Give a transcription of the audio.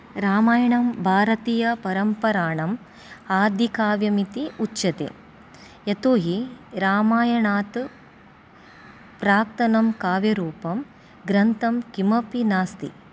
रामायणं भारतीयपरम्पराणाम् आदिकाव्यमिति उच्यते यतो हि रामायणात् प्राक्तनं काव्यरूपं ग्रन्थं किमपि नास्ति